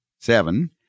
Seven